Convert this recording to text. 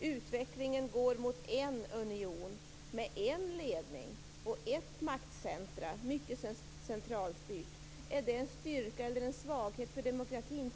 Utvecklingen går mot en union, med en ledning och ett maktcentrum. Mycket centralstyrt. Är det en styrka eller en svaghet för demokratin?